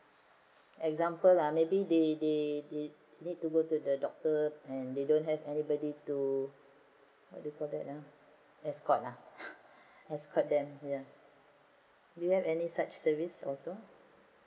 example uh maybe they they they need to go to the doctor and they don't have anybody to what do you call that ah escort ya escort them do you have any such service also